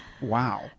wow